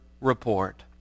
report